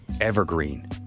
Evergreen